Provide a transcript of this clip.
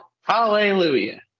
Hallelujah